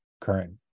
current